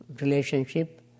relationship